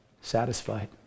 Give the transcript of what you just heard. satisfied